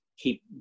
keep